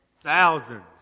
thousands